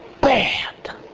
bad